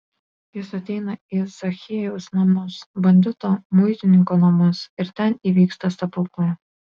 jis ateina į zachiejaus namus bandito muitininko namus ir ten įvyksta stebuklai